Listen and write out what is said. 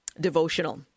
devotional